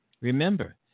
Remember